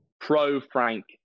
pro-Frank